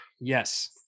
Yes